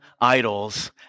idols